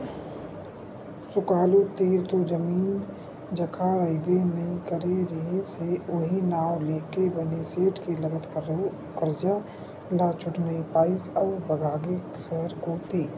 सुकालू तीर तो जमीन जघा रहिबे नइ करे रिहिस हे उहीं नांव लेके बने सेठ के लगत करजा ल छूट नइ पाइस अउ भगागे सहर कोती